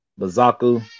Bazaku